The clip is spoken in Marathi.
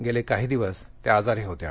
गेले काही दिवस त्या आजारी होत्या